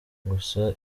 gusa